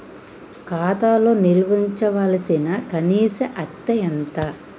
ఖాతా లో నిల్వుంచవలసిన కనీస అత్తే ఎంత?